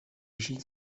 žít